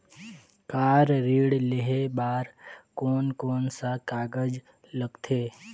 Car ऋण लेहे बार कोन कोन सा कागज़ लगथे?